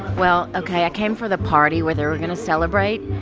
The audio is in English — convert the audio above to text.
well, ok. i came for the party where they were going to celebrate.